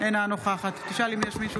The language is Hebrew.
אינה נוכחת יש מישהו